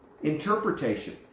Interpretation